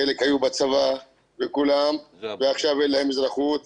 חלק היו בצבא ועכשיו אין להם אזרחות.